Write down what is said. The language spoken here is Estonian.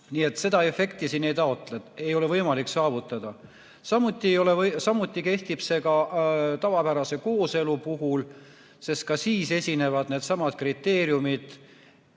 Nii et seda efekti siin ei ole võimalik saavutada. Samuti kehtib see tavapärase kooselu puhul, sest ka siis esinevad needsamad kriteeriumid,